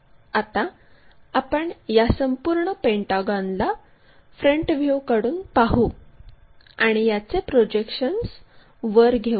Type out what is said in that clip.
आता आपण या संपूर्ण पेंटागॉनला फ्रंट व्ह्यूकडून पाहू आणि याचे प्रोजेक्शन्स वर घेऊ